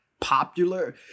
popular